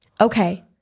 okay